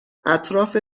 اطراف